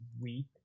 week